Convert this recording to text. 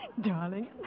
Darling